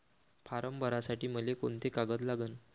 Form भरासाठी मले कोंते कागद लागन?